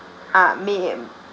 ah may mm